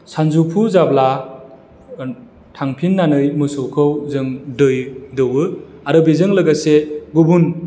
सानजौफु जाब्ला थांफिननानै मोसौखौ जों दै दौवो आरो बेजों लोगोसे गुबुन